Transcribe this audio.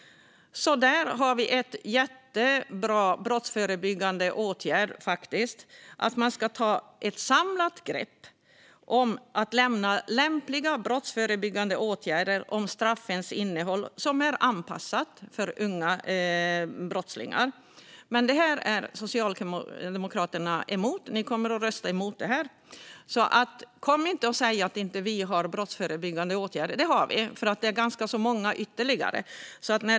Där har vi faktiskt en jättebra brottsförebyggande åtgärd: att man ska ta ett samlat grepp och lämna förslag om lämpliga brottsförebyggande åtgärder och straffens innehåll. Och det ska vara anpassat för unga brottslingar. Men detta är Socialdemokraterna emot. Ni kommer att rösta emot det. Kom inte och säg att vi inte har brottsförebyggande åtgärder! Det har vi. Det finns ganska många ytterligare.